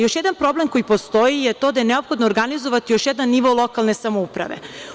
Još jedan problem koji postoji je to da je neophodno organizovati još jedan nivo lokalne samouprave.